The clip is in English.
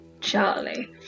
Charlie